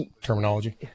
terminology